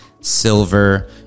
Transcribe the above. silver